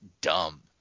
dumb